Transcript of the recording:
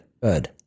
good